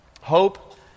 Hope